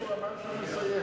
שהוא אמר שהוא מסיים.